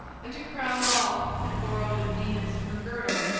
and to crown all had borrowed of venus her girdle,